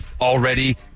already